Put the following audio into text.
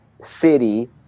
City